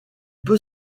peut